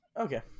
Okay